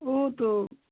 उ तो